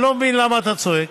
אני לא מבין למה אתה צועק,